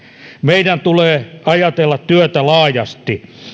meidän tulee ajatella työtä laajasti